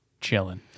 chilling